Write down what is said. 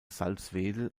salzwedel